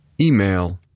Email